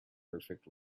perfect